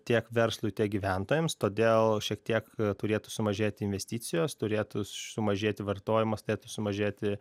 tiek verslui tiek gyventojams todėl šiek tiek turėtų sumažėti investicijos turėtų sumažėti vartojimas turėtų sumažėti